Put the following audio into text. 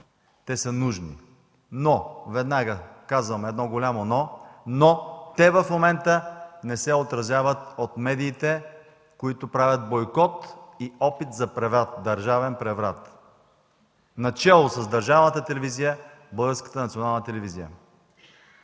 те са нужни. Но – веднага казвам едно голямо „но“ – те в момента не се отразяват от медиите, които правят бойкот и опит за държавен преврат, начело с държавната телевизия – Българската национална телевизия,